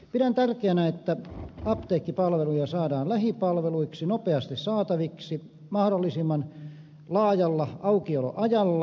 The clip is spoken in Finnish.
pidän tärkeänä että apteekkipalveluja saadaan lähipalveluiksi nopeasti saataviksi mahdollisimman laajalla aukioloajalla